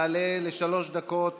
יעלה לשלוש דקות